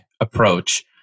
approach